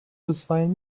bisweilen